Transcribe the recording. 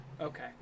Okay